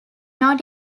not